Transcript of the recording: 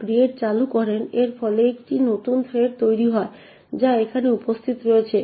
create চালু করেন এর ফলে একটি নতুন থ্রেড তৈরি হয় যা এখানে উপস্থিত রয়েছে